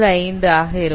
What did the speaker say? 95 ஆக இருக்கும்